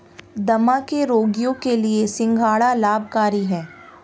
दमा के रोगियों के लिए सिंघाड़ा लाभकारी है